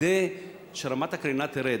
כדי שרמת הקרינה תרד.